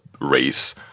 race